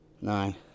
nine